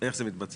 איך זה מתבצע?